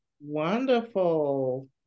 Wonderful